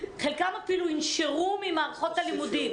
חלקם אפילו ינשרו ממערכות הלימודים,